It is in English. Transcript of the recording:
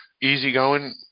easygoing